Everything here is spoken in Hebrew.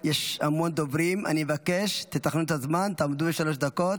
יש המון דוברים ואני מבקש שתתכננו את הזמן ותעמדו בשלוש דקות.